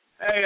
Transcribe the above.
Hey